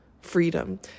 freedom